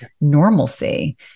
normalcy